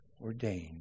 ordained